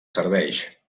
serveix